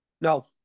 No